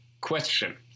question